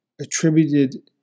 attributed